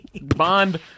Bond